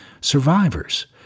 survivors